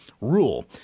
rule